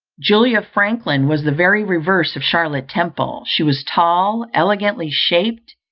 julia franklin was the very reverse of charlotte temple she was tall, elegantly shaped,